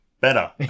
better